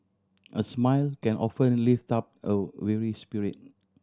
a smile can often lift up a weary spirit